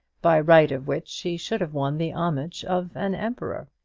by right of which she should have won the homage of an emperor.